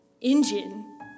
engine